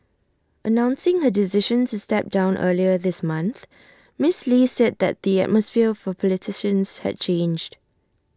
announcing her decision to step down earlier this month miss lee said then that the atmosphere for politicians had changed